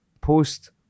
post